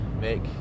make